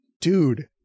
dude